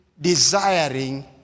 desiring